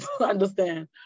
understand